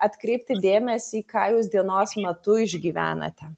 atkreipti dėmesį ką jūs dienos metu išgyvenate